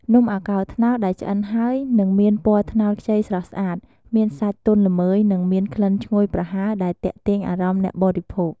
នំអាកោរត្នោតដែលឆ្អិនហើយ នឹងមានពណ៌ត្នោតខ្ចីស្រស់ស្អាត មានសាច់ទន់ល្មើយ និងមានក្លិនឈ្ងុយប្រហើរដែលទាក់ទាញអារម្មណ៍អ្នកបរិភោគ។